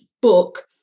book